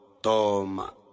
toma